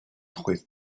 juez